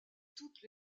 toutes